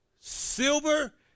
silver